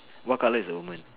what colour is the woman